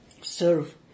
serve